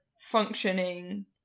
functioning